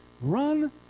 Run